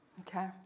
Okay